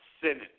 Senate